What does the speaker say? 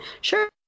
sure